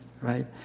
right